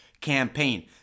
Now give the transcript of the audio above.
campaign